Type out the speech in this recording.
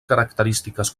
característiques